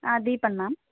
ஆ Deepan ma'am